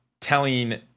telling